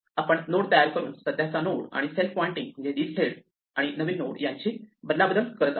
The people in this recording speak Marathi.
आपण नवीन नोड तयार करून सध्याचा नोड आणि सेल्फ पॉइंटिंग म्हणजेच लिस्ट हेड आणि नवीन नोड यांची अदलाबदल करतो